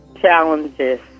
challenges